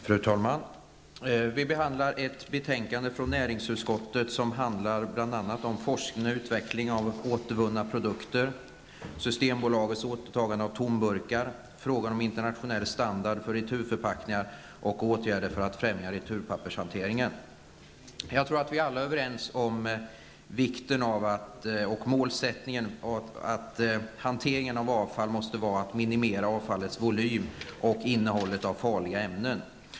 Fru talman! Vi behandlar nu ett betänkande från näringsutskottet som bl.a. behandlar frågor om forskning och utveckling av återvunna produkter, Jag tror att vi alla är överens om att målsättningen för hanteringen av avfall måste vara att minimera avfallets volym och innehåll av farliga ämnen.